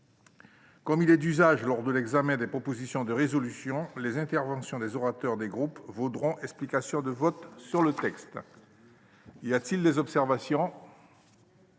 Comme il est d'usage lors de l'examen des propositions de résolution, les interventions des orateurs des groupes vaudront explications de vote sur le texte. Y a-t-il des observations ?